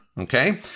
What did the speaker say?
Okay